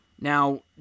Now